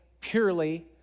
purely